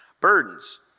burdens